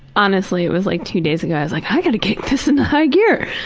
honestly it was like two days ago i was like, i gotta get this into high gear.